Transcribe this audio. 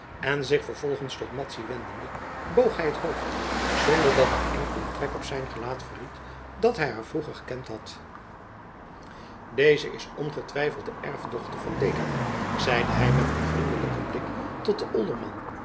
en zich vervolgens tot madzy wendende boog hij het hoofd zonder dat een enkele trek op zijn gelaat verried dat hij haar vroeger gekend had deze is ongetwijfeld de erfdochter van dekama zeide hij met een vriendelijken blik tot den